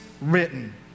written